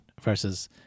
versus